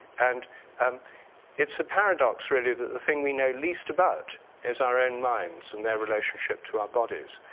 and and it's a paradox really the thing we know least about is our own minds and their relationship to our bodies.